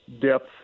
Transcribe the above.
depth